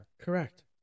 Correct